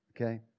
Okay